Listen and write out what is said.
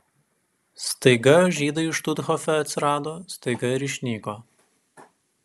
staiga žydai štuthofe atsirado staiga ir išnyko